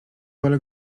parę